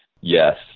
yes